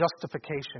justification